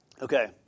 Okay